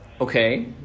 okay